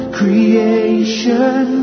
creation